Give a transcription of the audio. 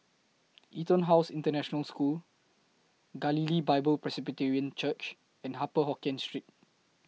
Etonhouse International School Galilee Bible Presbyterian Church and Upper Hokkien Street